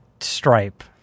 stripe